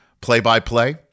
play-by-play